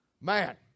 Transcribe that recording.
Man